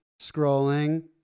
scrolling